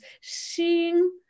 seeing